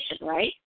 right